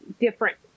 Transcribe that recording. different